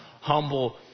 humble